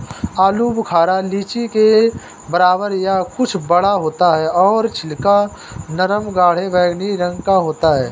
आलू बुखारा लीची के बराबर या कुछ बड़ा होता है और छिलका नरम गाढ़े बैंगनी रंग का होता है